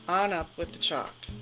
on up with the chalk.